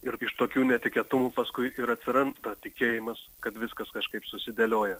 ir iš tokių netikėtumų paskui ir atsiranda tikėjimas kad viskas kažkaip susidėlioja